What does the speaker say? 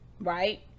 right